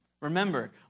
Remember